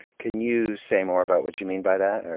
can you say more about what you mean by that?